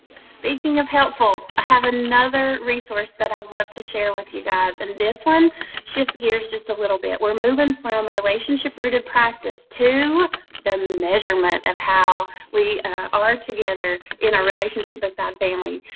speaking of helpful, i have another resource that i'd love to share with you guys, and this one shifts gears just a little bit. we're moving from relationship-rooted practice to the measurement of how we are together in our relationship beside family.